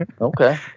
Okay